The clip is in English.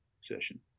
session